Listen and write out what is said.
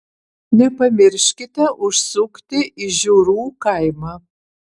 nepamirškite užsukti į žiurų kaimą